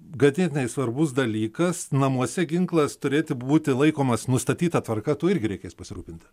ganėtinai svarbus dalykas namuose ginklas turėti būti laikomas nustatyta tvarka tuo irgi reikės pasirūpinti